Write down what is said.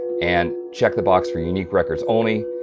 and check the box for unique records only,